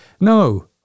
No